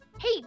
hey